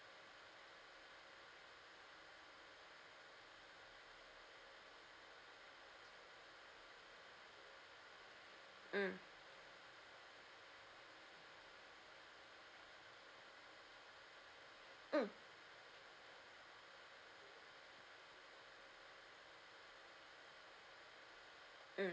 mm mm